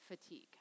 fatigue